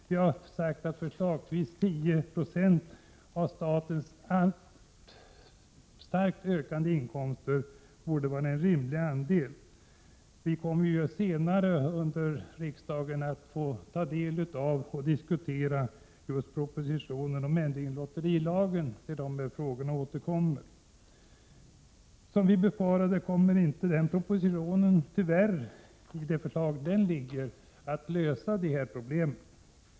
Förslagsvis kan 10 96 av statens spelinkomster vara en rimlig andel. Nu kommer denna fråga senare till riksdagen genom propositionen om ändring i lotterilagen, men som vi befarade kommer tyvärr inte den propositionen att lösa det här problemet.